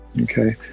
Okay